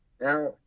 now